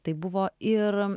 tai buvo ir